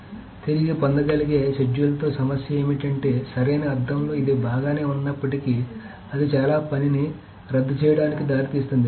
కాబట్టి తిరిగి పొందగలిగే షెడ్యూల్లతో సమస్య ఏమిటంటే సరైన అర్థంలో ఇది బాగానే ఉన్నప్పటికీ అది చాలా పనిని రద్దు చేయడానికి దారితీస్తుంది